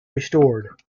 restored